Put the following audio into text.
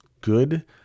good